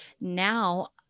Now